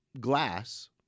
glass